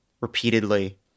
repeatedly